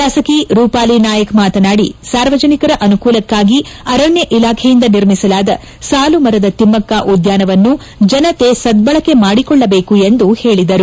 ಶಾಸಕಿ ರೂಪಾಲಿ ನಾಯ್ಕ ಮಾತನಾಡಿ ಸಾರ್ವಜನಿಕರ ಅನುಕೂಲಕ್ಷಾಗಿ ಅರಣ್ಣ ಇಲಾಖೆಯಿಂದ ನಿರ್ಮಿಸಲಾದ ಸಾಲು ಮರದ ತಿಮಕ್ಷ ಉದ್ಯಾನವನ್ನು ಜನತೆ ಸದ್ದಳಕೆ ಮಾಡಿಕೊಳ್ಲಬೇಕು ಎಂದು ಹೇಳದರು